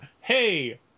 Hey